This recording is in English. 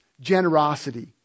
generosity